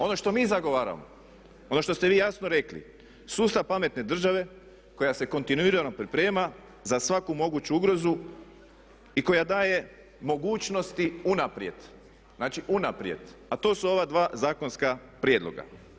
Ono što mi zagovaramo, ono što ste vi jasno rekli sustav pametne države koja se kontinuirano priprema za svaku moguću ugrozu i koja daje mogućnosti unaprijed, znači unaprijed, a to su ova dva zakonska prijedloga.